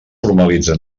formalitza